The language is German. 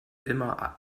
immer